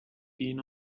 دین